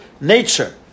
nature